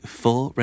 full